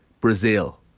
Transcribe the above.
Brazil